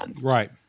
Right